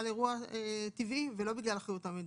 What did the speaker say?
אירוע טבעי ולא בגלל אחריות המדינה.